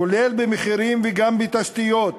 כולל במחירים, וגם בתשתיות,